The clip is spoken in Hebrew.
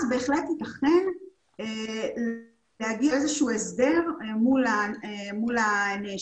אז בהחלט יתכן להגיע לאיזשהו הסדר מול הנאשם